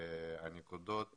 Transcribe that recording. בזמנו אתה